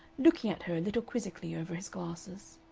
looking at her a little quizzically over his glasses.